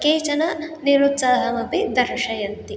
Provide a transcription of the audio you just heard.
केचन निरुत्साहमपि दर्शयन्ति